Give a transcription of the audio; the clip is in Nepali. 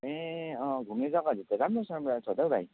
ए अँ घुम्ने जग्गाहरू त राम्रो छ हाम्रो यहाँ छ त हो भाइ